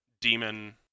demon